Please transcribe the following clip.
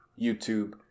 YouTube